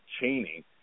chaining